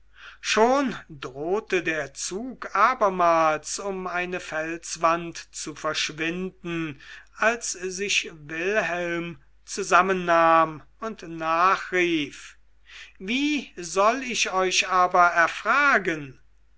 schon drohte der zug abermals um eine felswand zu verschwinden als sich wilhelm zusammennahm und nachrief wie soll ich euch aber erfragen